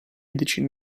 decine